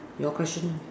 your question